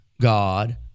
God